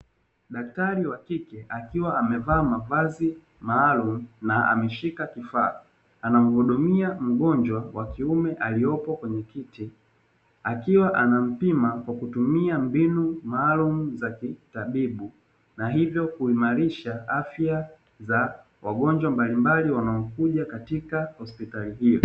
Daktari wa kike, akiwa amevaa mavazi maalum na ameshika kifaa, anamhudumia mgonjwa wa kiume aliyeko kwenye kiti, akiwa anampima kwa kutumia mbinu maalum za kitatibu na hivyo kuimarisha afya za wagonjwa mbalimbali wanaokuja katika hospitali hiyo.